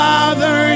Father